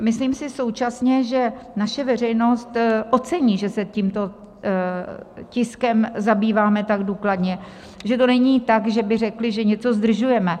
Myslím si současně, že naše veřejnost ocení, že se tímto tiskem zabýváme tak důkladně, že to není tak, že by řekli, že něco zdržujeme.